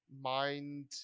mind